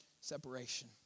separation